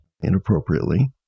inappropriately